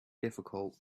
difficult